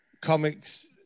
comics